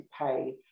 pay